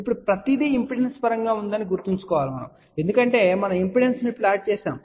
ఇప్పుడు ప్రతిదీ ఇంపిడెన్స్ పరంగా ఉందని గుర్తుంచుకోండి ఎందుకంటే మనం ఇంపెడెన్స్ను ప్లాట్ చేసాము